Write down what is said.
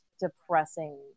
depressing